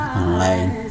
online